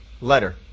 letter